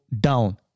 down